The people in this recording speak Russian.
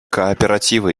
кооперативы